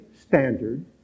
standard